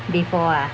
before